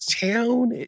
town